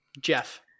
Jeff